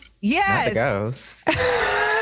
Yes